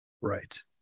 Right